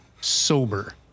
sober